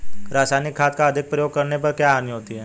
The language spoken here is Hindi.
रासायनिक खाद का अधिक प्रयोग करने पर क्या हानि होती है?